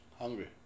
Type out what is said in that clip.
Hungry